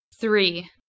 three